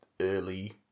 early